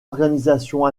organisation